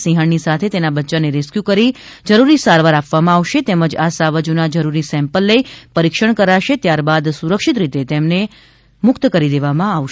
સિંહણની સાથે તેના બચ્યાને રેસ્કુય કરી જરૂરી સારવાર આપવામાં આવશે તેમજ આ સાવજોના જરૂરી સેમ્પલ લઇ પરીક્ષણ કરાશે ત્યારબાદ સુરક્ષિત રીતે તેમને મુક્ત કરી દેવામાં આવશે